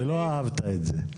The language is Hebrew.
ולא אהבת את זה.